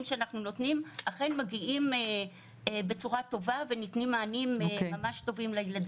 שאנחנו נותנים אכן מגיעים בצורה טובה וניתנים מענים ממש טובים לילדים.